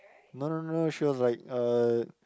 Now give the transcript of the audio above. no no no no she was like uh